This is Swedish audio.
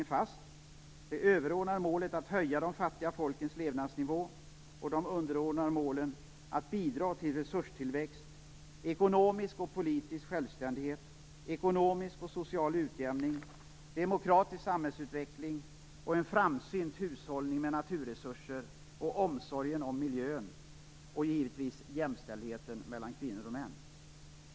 Det gäller det överordnade målet, att höja de fattiga folkens levnadsnivå, och de underordnade målen, som handlar om att bidra till resurstillväxt, ekonomisk och politisk självständighet, ekonomisk och social utjämning, en demokratisk samhällsutveckling och en framsynt hushållning med naturresurser, omsorgen om miljön samt, givetvis, jämställdheten mellan kvinnor och män.